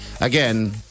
Again